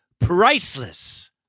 priceless